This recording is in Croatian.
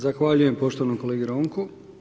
Zahvaljujem poštovanom kolegi Ronku.